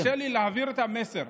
אז תרשה לי להעביר את המסר.